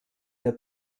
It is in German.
der